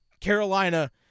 Carolina